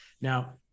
Now